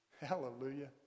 Hallelujah